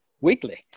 weekly